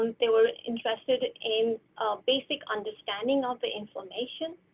um they were interested in basic understanding of the inflammation.